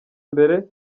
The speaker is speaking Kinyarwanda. mbere